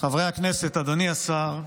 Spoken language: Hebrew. חברי הכנסת, אדוני השר,